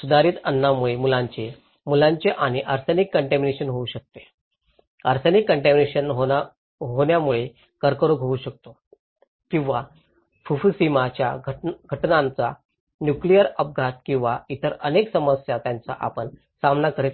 सुधारित अन्नामुळे मुलांचे मुलांचे आणि आर्सेनिक कन्टामिनेशन होऊ शकतात आर्सेनिक कन्टामिनेशन होण्यामुळे कर्करोग होऊ शकतो किंवा फुकुशिमा च्या घटनांचा नुक्लेअर अपघात किंवा इतर अनेक समस्या ज्याचा आपण सामना करीत आहोत